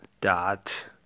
dot